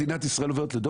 ומדינת ישראל עוברת לדום?